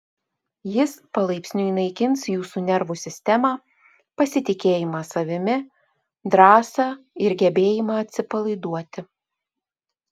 jis palaipsniui naikins jūsų nervų sistemą pasitikėjimą savimi drąsą ir gebėjimą atsipalaiduoti